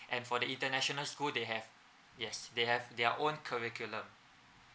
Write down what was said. and for the international school they have yes they have their own curriculum